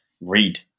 read